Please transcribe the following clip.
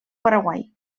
paraguai